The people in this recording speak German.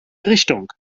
richtung